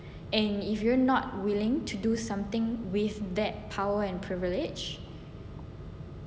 and if you're not willing to do something with that power and privilege